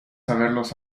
haberlos